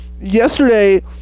Yesterday